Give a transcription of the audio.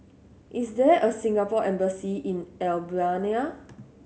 is there a Singapore Embassy in Albania